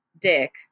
dick